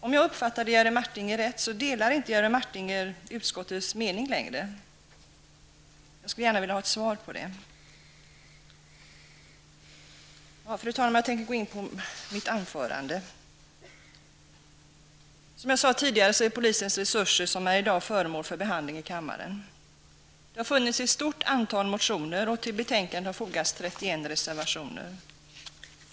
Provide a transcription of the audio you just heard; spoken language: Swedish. Om jag uppfattade rätt, delar Jerry Martinger inte längre utskottets mening. Jag skulle gärna vilja ha ett svar -- om det är rätt uppfattat eller inte. Fru talman! Jag går nu in på mitt anförande. Som jag sade tidigare är polisens resurser i dag föremål för behandling i kammaren. Det har väckts ett stort antal motioner, och till betänkandet har fogats 31 reservationer.